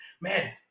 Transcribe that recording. man